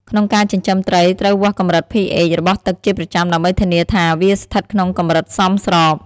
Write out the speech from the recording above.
ក្នុងការចិញ្ចឹមត្រីត្រូវវាស់កម្រិត pH របស់ទឹកជាប្រចាំដើម្បីធានាថាវាស្ថិតក្នុងកម្រិតសមស្រប។